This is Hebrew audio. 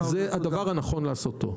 זה הדבר הנכון לעשותו.